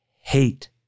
hate